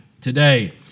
today